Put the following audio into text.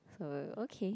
uh okay